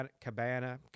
Cabana